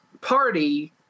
party